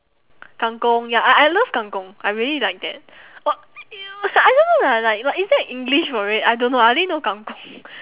kang-kong ya I I love kang-kong I really like that what I don't know ah like like is there an english for it I don't know I only know kang-kong